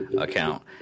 account